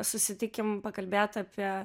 susitikim pakalbėt apie